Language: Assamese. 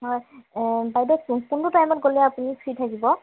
হয় বাইদেউ কোন কোনটো টাইমত গ'লে আপুনি ফ্ৰী থাকিব